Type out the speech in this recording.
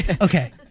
okay